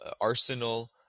arsenal